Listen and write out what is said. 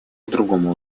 другому